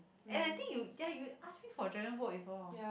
and I think you ya you ask me for dragon boat before